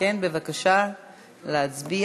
ההצעה להעביר